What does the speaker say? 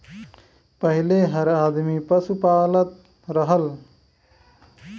पहिले हर आदमी पसु पालत रहल